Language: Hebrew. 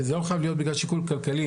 וזה לא חייב להיות בגלל שיקול כלכלי,